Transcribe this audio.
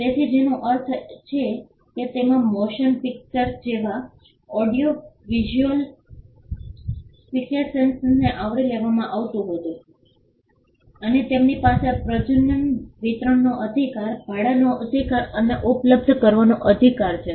તેથી જેનો અર્થ છે કે તેમાં મોશન પિક્ચર્સ જેવા ઓડિઓ વિઝ્યુઅલ ફિક્સેશનને આવરી લેવામાં આવતું નથી અને તેમની પાસે પ્રજનન વિતરણનો અધિકાર ભાડાનો અધિકાર અને ઉપલબ્ધ કરાવવાનો અધિકાર છે